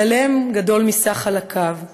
השלם גדול מסך חלקיו,